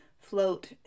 float